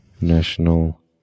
National